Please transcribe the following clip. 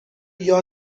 یاد